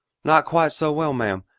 not quite so well, ma'am.